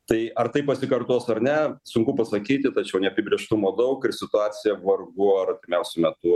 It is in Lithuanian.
tai ar tai pasikartos ar ne sunku pasakyti tačiau neapibrėžtumo daug ir situacija vargu ar artimiausiu metu